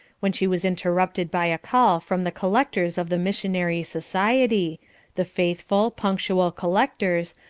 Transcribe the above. when she was interrupted by a call from the collectors of the missionary society the faithful, punctual collectors,